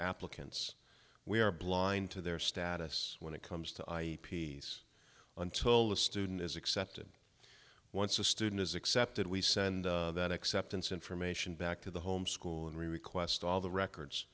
applicants we are blind to their status when it comes to i e peace until the student is accepted once a student is accepted we send that acceptance information back to the home school and we request all the records